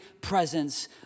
presence